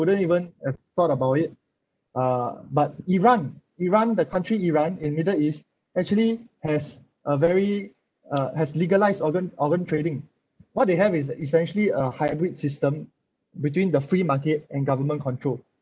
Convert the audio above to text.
wouldn't even have thought about it uh but iran iran the country iran in middle east actually has a very uh has legalise organ organ trading what they have is essentially a hybrid system between the free market and government control